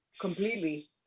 completely